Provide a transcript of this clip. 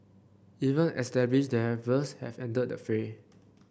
even established developers have entered the fray